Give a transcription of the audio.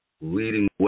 leading